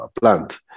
plant